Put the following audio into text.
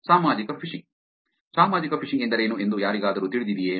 ಸಾಮಾಜಿಕ ಫಿಶಿಂಗ್ ಸಾಮಾಜಿಕ ಫಿಶಿಂಗ್ ಎಂದರೇನು ಎಂದು ಯಾರಿಗಾದರೂ ತಿಳಿದಿದೆಯೇ